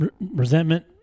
resentment